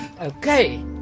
Okay